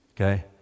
Okay